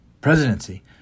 presidency